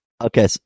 Okay